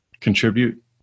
contribute